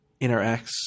interacts